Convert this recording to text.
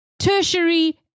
Tertiary